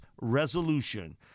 Resolution